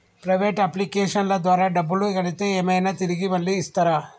Private అప్లికేషన్ల ద్వారా డబ్బులు కడితే ఏమైనా తిరిగి మళ్ళీ ఇస్తరా?